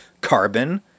Carbon